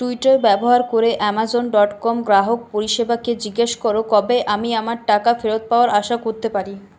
Twitter ব্যবহার করে Amazon dot com গ্রাহক পরিষেবা কে জিজ্ঞাসা কর কবে আমি আমার টাকা ফেরত পাওয়ার আশা করতে পারি